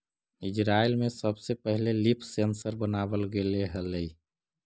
Israel में सबसे पहिले लीफ सेंसर बनाबल गेले हलई